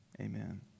amen